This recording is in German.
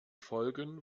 folgen